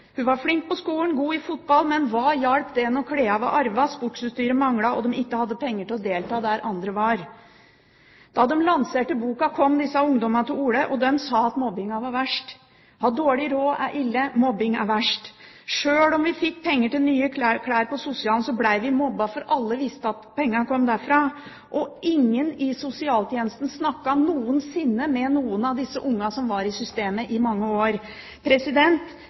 Hun var flink på skolen og god i fotball. Men hva hjalp det når klærne var arvet, sportsutstyret manglet, og de ikke hadde penger til å delta der andre var med? Da en lanserte boka, kom disse ungdommene til orde, og de sa at mobbingen var verst. Å ha dårlig råd er ille, mobbing er verst: Sjøl om vi fikk penger til nye klær på sosialen, ble vi mobbet, for alle visste at pengene kom derfra, sier en ungdom. Ingen i sosialtjenesten snakket noensinne med noen av disse ungene som var i systemet i mange år.